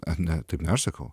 ar ne taip ne aš sakau